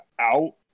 out